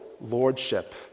lordship